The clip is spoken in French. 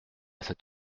cet